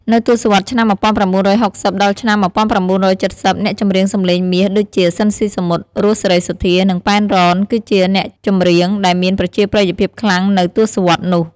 នៅទសវត្សរ៍ ឆ្នាំ ១៩៦០ ដល់ ឆ្នាំ ១៩៧០ អ្នកចម្រៀងសម្លេងមាស ដូចជា ស៊ីន ស៊ីសាមុត, រស់ សេរីសុទ្ធា, និង ប៉ែន រ៉នគឹជាអ្នកចម្រៀងដែលមានប្រជាប្រិយភាពខ្លាំងនៅទសត្សរ៍នោះ។